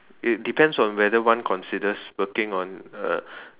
it depends on whether one considers working on a